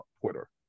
Twitter